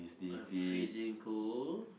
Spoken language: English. I'm freezing cold